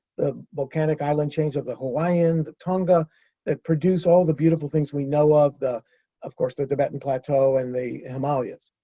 the volcanic island chains of the hawaiian, the tonga that produce all the beautiful things we know of. of course, the tibetan plateau and the himalayas.